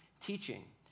teaching